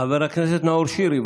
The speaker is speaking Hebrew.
חבר הכנסת נאור שירי,